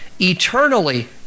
eternally